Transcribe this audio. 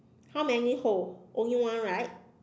how many hold only one right